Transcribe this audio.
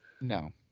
No